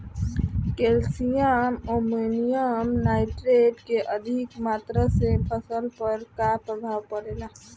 Calcium ammonium nitrate के अधिक मात्रा से फसल पर का प्रभाव परेला?